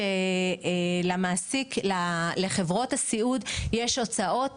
מכיוון שלחברות הסיעוד יש הוצאות